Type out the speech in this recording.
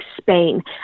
Spain